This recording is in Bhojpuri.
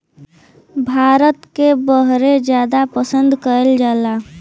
भारत के बहरे जादा पसंद कएल जाला